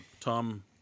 Tom